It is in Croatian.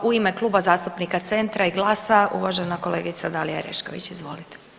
U ime Kluba zastupnika CENTRA i GLAS-a uvažena kolegica Dalija Orešković, izvolite.